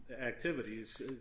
activities